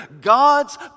God's